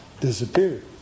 Disappeared